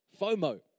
FOMO